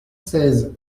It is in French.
seize